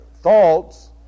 thoughts